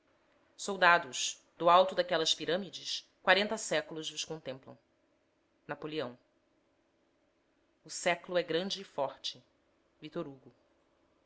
soldados do alto daquelas pirâmides quarenta séculos vos contemplam napoleão o século é grande e forte